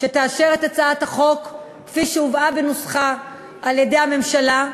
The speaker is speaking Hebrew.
שתאשר את הצעת החוק כפי שהובאה בנוסחה על-ידי הממשלה.